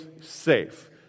safe